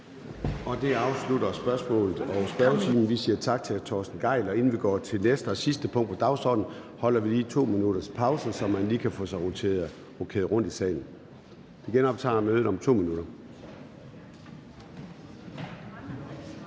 Det afslutter spørgsmålet og spørgetimen. Vi siger tak til hr. Torsten Gejl. Inden vi går til det næste og sidste punkt på dagsordenen, holder vi lige 2 minutters pause, så vi kan få rokeret rundt i salen. Vi genoptager mødet om 2 minutter.